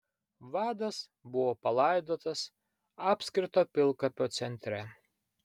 vadas buvo palaidotas apskrito pilkapio centre